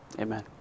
Amen